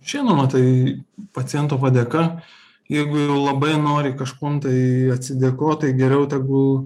žinoma tai paciento padėka jeigu jau labai nori kažkuom tai atsidėkot tai geriau tegul